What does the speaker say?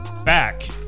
back